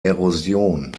erosion